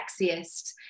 sexiest